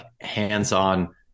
hands-on